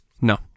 No